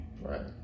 Right